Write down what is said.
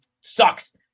sucks